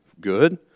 good